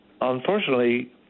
Unfortunately